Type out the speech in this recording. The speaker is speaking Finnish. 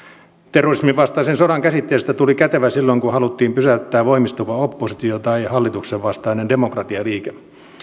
terrorismin vastaisen sodan käsitteestä tuli kätevä silloin kun haluttiin pysäyttää voimistuva oppositio tai hallituksen vastainen demokratialiike